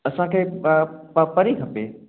असांखे प परिहंं खपे